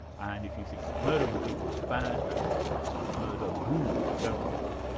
and if you think that murdering people is bad, that's just like saying murder? boo, don't like it'.